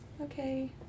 Okay